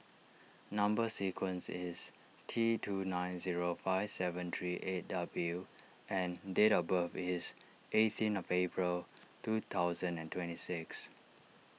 Number Sequence is T two nine zero five seven three eight W and date of birth is eighteen of April two thousand and twenty six